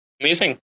Amazing